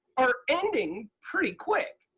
are ending pretty quick.